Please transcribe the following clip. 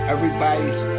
Everybody's